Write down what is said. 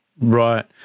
Right